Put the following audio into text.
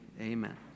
Amen